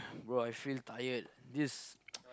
bro I feel tired this